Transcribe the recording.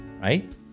Right